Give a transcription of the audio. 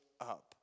up